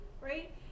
right